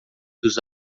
dos